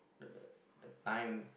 the the the time